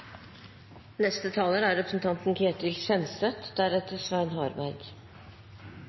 neste replikk. Neste replikant er representanten Ketil Kjenseth.